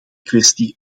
kwestie